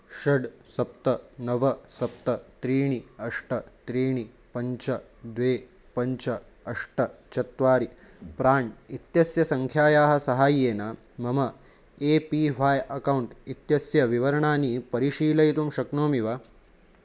षट् सप्त नव सप्त त्रीणि अष्ट त्रीणि पञ्च द्वे पञ्च अष्ट चत्वारि प्राण् इत्यस्य सङ्ख्यायाः साहाय्येन मम ए पी ह्वाय् अकौण्ट् इत्यस्य विवरणानि परिशीलयितुं शक्नोमि वा